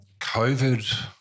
COVID